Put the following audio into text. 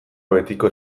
betiko